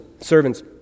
servants